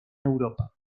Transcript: europa